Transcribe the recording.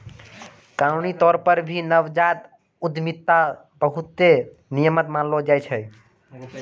कानूनी तौर पर भी नवजात उद्यमिता मे बहुते नियम मानलो जाय छै